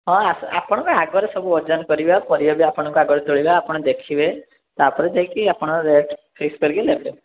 ହଁ ଆପଣଙ୍କ ଆଗରେ ସବୁ ଓଜନ କରିବା ପରିବା ବି ଆପଣଙ୍କ ଆଗରେ ତୋଳିବା ଆପଣ ଦେଖିବେ ତା'ପରେ ଯାଇକି ଆପଣ ରେଟି ଫିକ୍ସ କରିକି ନେବେ